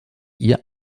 ihr